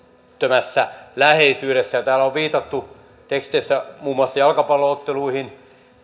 tai välittömässä läheisyydessä ja täällä on viitattu teksteissä muun muassa jalkapallo otteluihin